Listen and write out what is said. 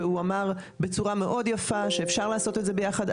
והוא אמר בצורה מאוד יפה שאפשר לעשות את זה ביחד,